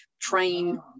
train